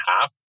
half